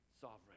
sovereign